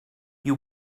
you